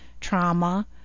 trauma